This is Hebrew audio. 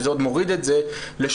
שזה עוד מוריד את זה ל-3%.